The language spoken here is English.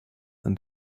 and